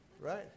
right